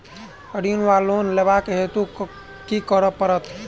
ऋण वा लोन लेबाक हेतु की करऽ पड़त?